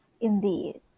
indeed